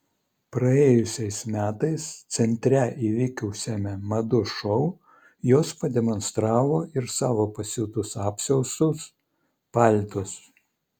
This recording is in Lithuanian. praėjusiais metais centre įvykusiame madų šou jos pademonstravo ir savo pasiūtus apsiaustus paltus